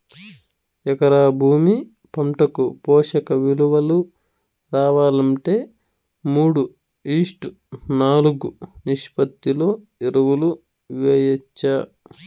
ఎకరా భూమి పంటకు పోషక విలువలు రావాలంటే మూడు ఈష్ట్ నాలుగు నిష్పత్తిలో ఎరువులు వేయచ్చా?